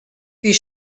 bhí